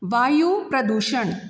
वायू प्रदूशण